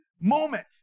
moment